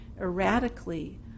erratically